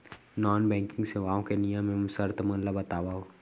non banking सेवाओं के नियम एवं शर्त मन ला बतावव